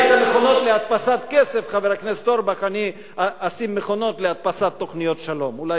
ליד המכונות להדפסת כסף אני אשים מכונות להדפסת תוכניות שלום.